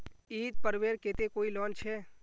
ईद पर्वेर केते कोई लोन छे?